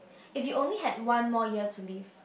if you only had one more year to live